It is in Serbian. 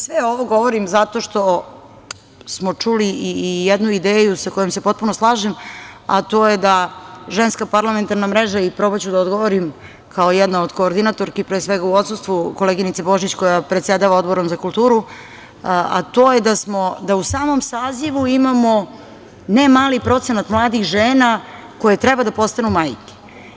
Sve ovo govorim zato što smo čuli i jednu ideju sa kojom se potpuno slažem, a to je da Ženska parlamentarna mreža i probaću da odgovorim kao jedna od koordinatorki pre svega u odsustvu koleginice Božić koja predsedava Odborom za kulturu, a to je da u samom sazivu imamo ne mali procenata mladih žena koje treba da postanu majke.